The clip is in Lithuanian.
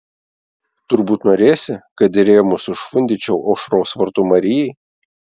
turbūt norėsi kad ir rėmus užfundyčiau aušros vartų marijai